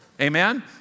Amen